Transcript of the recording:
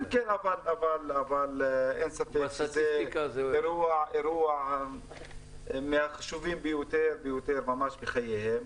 ואין ספק שזה אירוע שהוא מהחשובים ביותר בחייהם.